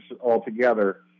altogether